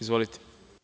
Izvolite.